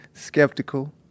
skeptical